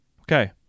Okay